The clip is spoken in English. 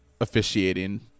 officiating